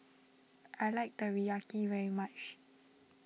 I like Teriyaki very much